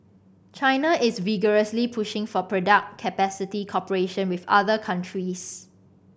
China is vigorously pushing for production capacity cooperation with other countries